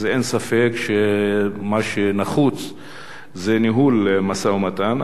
אין ספק שמה שנחוץ זה ניהול משא-ומתן,